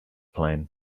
plane